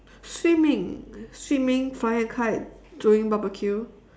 swimming swimming flying a kite doing barbecue